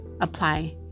apply